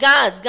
God